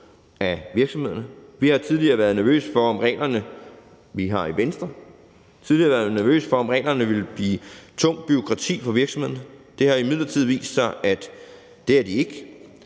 af virksomhederne. Vi har tidligere i Venstre været nervøse for, om reglerne ville blive tungt bureaukrati for virksomhederne, men det har imidlertid vist sig, at det er de ikke,